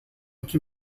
can